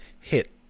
hit